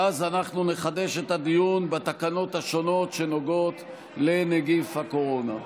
ואז אנחנו נחדש את הדיון בתקנות השונות שנוגעות לנגיף הקורונה.